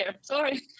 Sorry